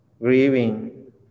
grieving